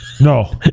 No